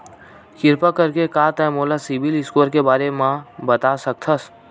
किरपा करके का तै मोला सीबिल स्कोर के बारे माँ बता सकथस?